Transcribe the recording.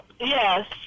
Yes